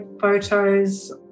photos